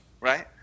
right